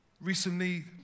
Recently